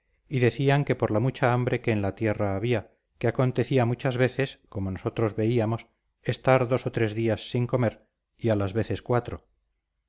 y decían que por la mucha hambre que en la tierra había que acontecía muchas veces como nosotros veíamos estar dos o tres días sin comer y a las veces cuatro